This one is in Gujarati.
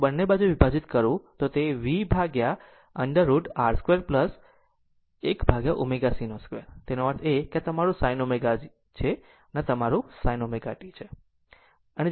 જો હું બંને બાજુ વિભાજીત કરું તો v upon √ over R 2 1 upon ω c 2 અને તેનો અર્થ એ કે આ આ તમારું sin ω છે આ તમારું sin ω t છે